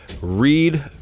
read